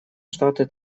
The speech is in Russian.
штаты